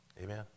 Amen